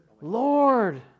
Lord